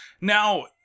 Now